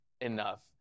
enough